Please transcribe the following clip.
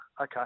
okay